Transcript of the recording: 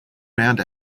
round